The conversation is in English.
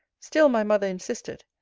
still my mother insisted,